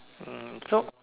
hmm so